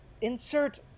insert